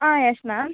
yes ma'am